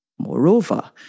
Moreover